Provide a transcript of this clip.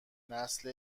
نسل